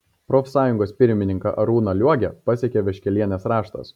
profsąjungos pirmininką arūną liogę pasiekė vaškelienės raštas